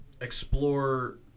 explore